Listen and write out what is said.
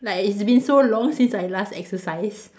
like it's been so long since I last exercise